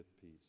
peace